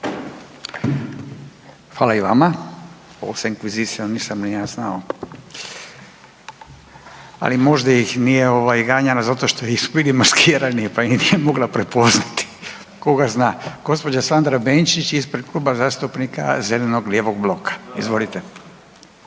Hvala i vama. Ovo sa inkvizicijom nisam ni ja znao, ali možda ih nije ganjala zato što su bili maskirani pa ih nije mogla prepoznati, koga zna. Gospođa Sandra Benčić ispred Kluba zastupnika zeleno-lijevog bloka. Izvolite.